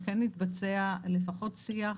שכן יתבצע לפחות שיח,